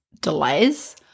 delays